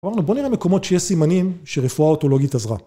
אמרנו בוא נראה מקומות שיש סימנים שרפואה אוטולוגית עזרה.